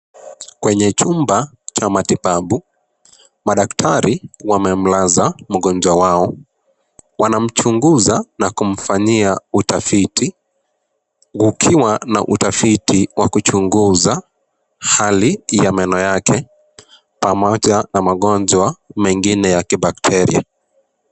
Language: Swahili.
Kwenye chumba za matibabu madaktari wamemlaza mgonjwa wao, wanamchuguza na kumfanyia utafiti kukiwa na utafiti wa kuchunguza hali ya meno yake pamoja na magonjwa mengine ya kibakteria.